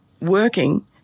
working